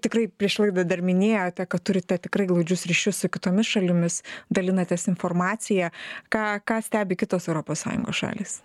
tikrai prieš laidą dar minėjote kad turite tikrai glaudžius ryšius su kitomis šalimis dalinatės informacija ką ką stebi kitos europos sąjungos šalys